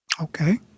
Okay